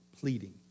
pleading